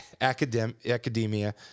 academia